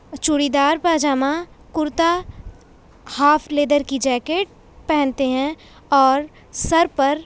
چوڑی دار pyjama kurta half leather کی جیکٹ پہنتے ہیں اور سر پر